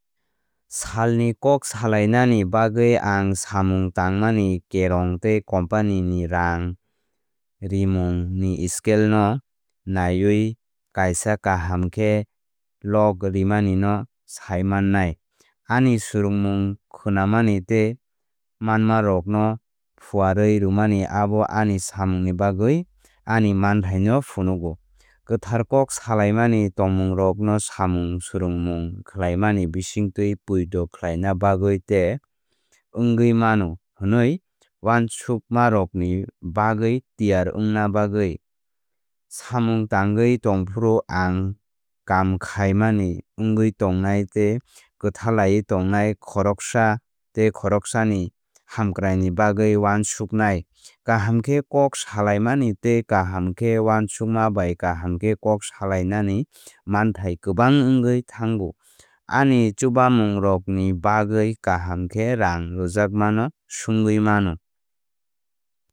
Salni kok salainani bagwi ang samung tangmani kerong tei company ni rang remung ni scale no naiwi kaisa kaham khe logrimani no saimannai. Ani swrungmung khwnamani tei manmarokno phuarwi rwmani abo ani samungni bagwi ani manthai no phunukgo. Kwthar kok salaimani tongmungrokno samung swrungmung khlaimani bisingtwi poito khlaina bagwi tei wngwi mano hwnwi uansukmarokni bagwi tiyar wngna bagwi. Samung tangwi tongphuru ang kamkhai mani wngwi tongnai tei kwthalaiwi tongnai khoroksa tei khoroksani hamkraini bagwi uansuknai. Kaham khe kok salaimani tei kaham khe uansukma bai kaham khe kok salainani manthai kwbang wngwi thango. Ani chubamungrokni bagwi kaham khe rang rwjakmano swngwi mano.